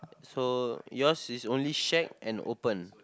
so yours is only shack and open